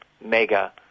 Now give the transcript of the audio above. mega